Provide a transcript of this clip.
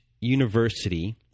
university